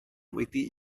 wedi